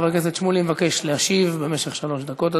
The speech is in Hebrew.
חבר הכנסת שמולי מבקש להשיב במשך שלוש דקות.